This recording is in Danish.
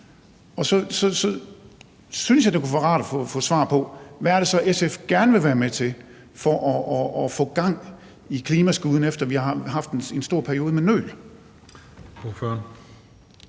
og så synes jeg, det kunne være rart at få et svar på, hvad det er, SF gerne vil være med til for at få gang i klimaskuden, efter at vi har haft en stor periode med nøl.